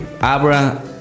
Abra